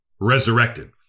resurrected